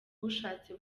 ushatse